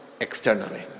externally